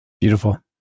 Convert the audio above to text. Beautiful